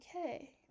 okay